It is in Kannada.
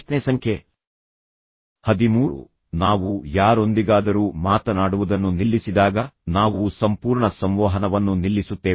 ಪ್ರಶ್ನೆ ಸಂಖ್ಯೆ ಹದಿಮೂರು ನಾವು ಯಾರೊಂದಿಗಾದರೂ ಮಾತನಾಡುವುದನ್ನು ನಿಲ್ಲಿಸಿದಾಗ ನಾವು ಸಂಪೂರ್ಣ ಸಂವಹನವನ್ನು ನಿಲ್ಲಿಸುತ್ತೇವೆ